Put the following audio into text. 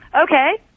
Okay